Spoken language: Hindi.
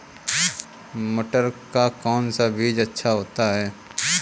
मटर का कौन सा बीज अच्छा होता हैं?